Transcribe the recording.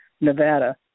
Nevada